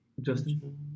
Justin